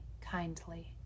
kindly